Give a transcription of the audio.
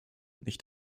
nicht